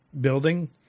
building